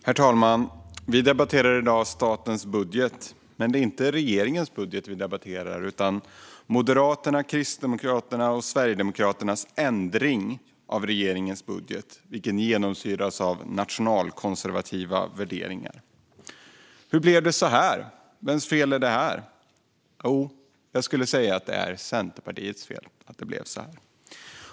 Herr talman! Vi debatterar i dag statens budget. Men det är inte regeringens budget vi debatterar, utan Moderaternas, Kristdemokraternas och Sverigedemokraternas ändring av regeringens budget, vilken genomsyras av nationalkonservativa värderingar. Hur blev det så här? Vems fel är det här? Jag skulle säga att det är Centerpartiets fel att det blev så här.